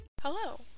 Hello